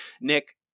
Nick